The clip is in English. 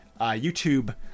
YouTube